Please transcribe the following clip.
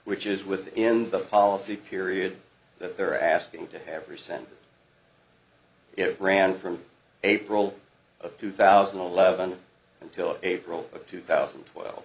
which is within the policy period that they're asking to have resend it ran from april of two thousand and eleven until april of two thousand and twelve